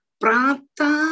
prata